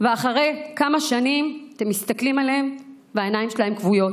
ואחרי כמה שנים אתם מסתכלים עליהם והעיניים שלהם כבויות.